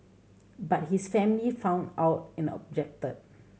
but his family found out and objected